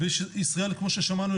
בישראל כמו ששמענו,